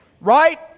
Right